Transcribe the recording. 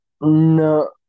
no